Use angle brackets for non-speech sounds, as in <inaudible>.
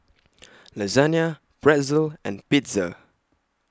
<noise> Lasagne Pretzel and Pizza